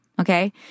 okay